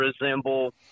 resemble